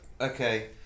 Okay